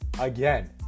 Again